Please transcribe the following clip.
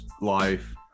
life